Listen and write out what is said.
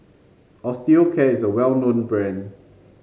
Osteocare is a well known brand